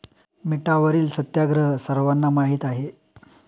मिठावरील सत्याग्रह सर्वांना माहीत आहे